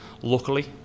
luckily